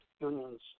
unions